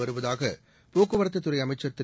வருவதாக போக்குவரத்துத் துறை அமைச்சர் திரு